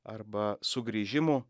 arba sugrįžimų